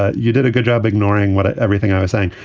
ah you did a good job ignoring what ah everything i was saying.